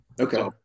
Okay